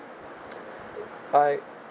I